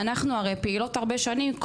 אנחנו הרי פעילות הרבה שנים,